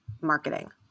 marketing